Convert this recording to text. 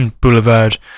Boulevard